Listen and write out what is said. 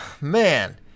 man